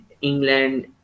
England